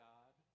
God